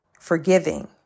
forgiving